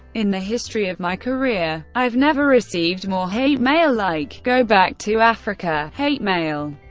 in the history of my career, i've never received more hate mail like go back to africa hate mail.